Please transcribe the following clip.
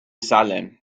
salem